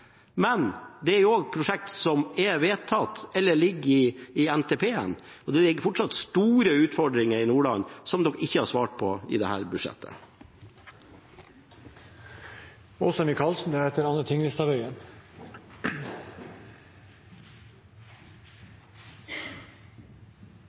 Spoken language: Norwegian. Men dette er prosjekter som er vedtatt, eller som ligger i NTP-en, og det ligger fortsatt store utfordringer i Nordland som dere ikke har svart på i dette budsjettet. Det er mange som har lyst til å fortelle historier her,